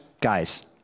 guys